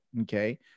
Okay